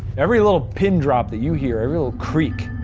every little pin drop that you hear, every little creak,